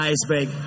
Iceberg